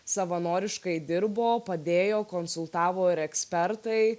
savanoriškai dirbo padėjo konsultavo ir ekspertai